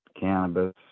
cannabis